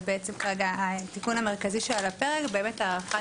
וכרגע התיקון המרכזי שעל הפרק הוא הארכת